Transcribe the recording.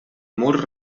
mur